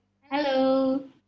Hello